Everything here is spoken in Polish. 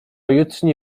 jutrzni